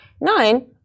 nine